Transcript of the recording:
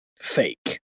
fake